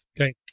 okay